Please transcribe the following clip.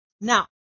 now